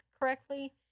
correctly